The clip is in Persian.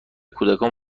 کودکان